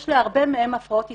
יש להרבה מהם הפרעות התנהגות,